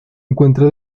encuentra